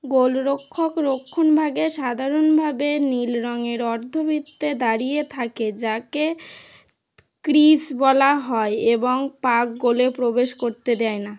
গোলরক্ষক রক্ষণভাগে সাধারণভাবে নীল রংয়ের অর্ধবৃত্তে দাঁড়িয়ে থাকে যাকে ক্রিজ বলা হয় এবং পাক গোলে প্রবেশ করতে দেয় না